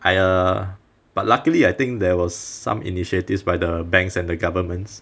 I err but luckily I think there was some initiatives by the banks and the governments